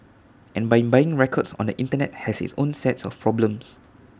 and buying records on the Internet has its own set of problems